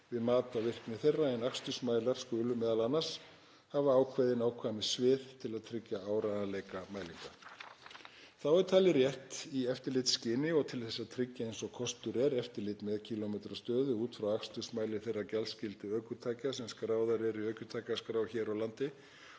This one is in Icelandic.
við mat á virkni þeirra en akstursmælar skulu m.a. hafa ákveðið nákvæmnissvið til að tryggja áreiðanleika mælinga. Þá er talið rétt í eftirlitsskyni og til að tryggja eins og kostur er eftirlit með kílómetrastöðu, út frá akstursmæli þeirra gjaldskyldu ökutækja sem skráðar eru í ökutækjaskrá hér á landi